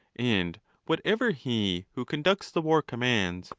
and whatever he who conducts the war commands,